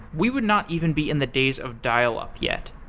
we would not even be in the days of dial-up yet.